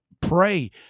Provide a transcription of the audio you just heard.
pray